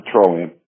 petroleum